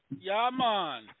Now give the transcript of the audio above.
Yaman